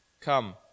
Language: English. Come